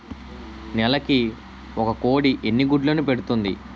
నెలకి ఒక కోడి ఎన్ని గుడ్లను పెడుతుంది?